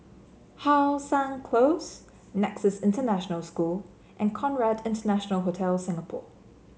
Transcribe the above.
How Sun Close Nexus International School and Conrad International Hotel Singapore